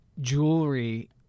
jewelry-